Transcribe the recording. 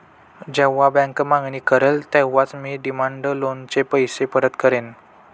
जेव्हा बँक मागणी करेल तेव्हाच मी डिमांड लोनचे पैसे परत करेन